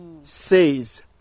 says